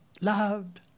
loved